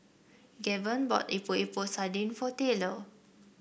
Gaven bought Epok Epok Sardin for Taylor